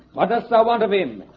does i want to be me?